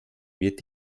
wird